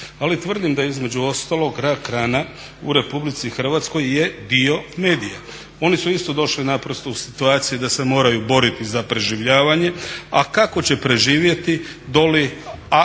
Ali tvrdim da između ostalog rak rana u Republici Hrvatskoj je dio medija. Oni su isto došli naprosto u situaciju da se moraju boriti za preživljavanje, a kako će preživjeti doli ako